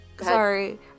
Sorry